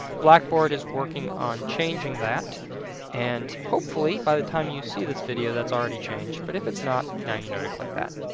blackboard is working on changing that and hopefully by the time you see this video that's already changed, but if it's not, now you know to click that.